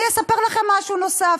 אני אספר לכם משהו נוסף: